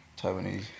Taiwanese